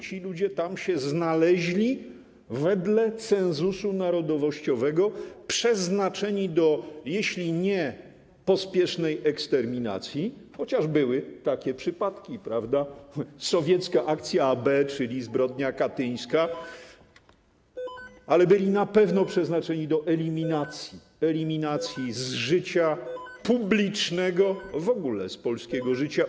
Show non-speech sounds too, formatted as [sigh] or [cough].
Ci ludzie tam się znaleźli wedle cenzusu narodowościowego i byli przeznaczeni jeśli nie do pospiesznej eksterminacji - chociaż były takie przypadki, prawda, jak sowiecka akcja AB, czyli zbrodnia katyńska [noise] - to na pewno do eliminacji, eliminacji z życia publicznego, w ogóle z polskiego życia.